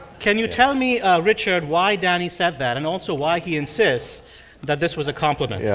can you tell me, richard, why danny said that and also why he insists that this was a compliment? yeah